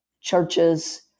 churches